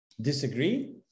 Disagree